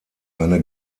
eine